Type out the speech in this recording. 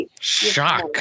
Shock